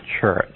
church